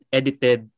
edited